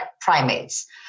primates